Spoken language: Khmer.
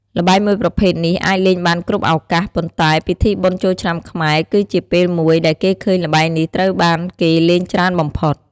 ល្បែងមួយប្រភេទនេះអាចលេងបានគ្រប់ឱកាស ប៉ុន្តែ ពិធីបុណ្យចូលឆ្នាំខ្មែរគឺជាពេលមួយដែលគេឃើញល្បែងនេះត្រូវបានគេលេងច្រើនបំផុត។